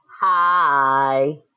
Hi